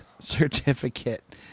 certificate